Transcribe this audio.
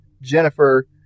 Jennifer